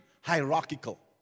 hierarchical